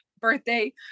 birthday